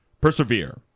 Persevere